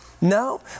No